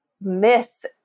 myth